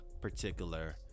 particular